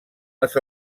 les